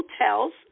hotels